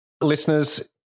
listeners